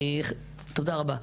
תודה רבה.